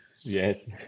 Yes